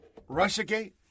Russiagate